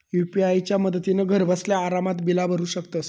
UPI च्या मदतीन घरबसल्या आरामात बिला भरू शकतंस